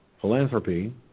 philanthropy